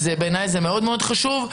בעיניי זה חשוב מאוד.